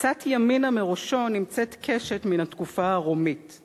קצת ימינה מראשו נמצאת קשת מן התקופה הרומית /